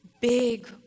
big